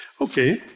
Okay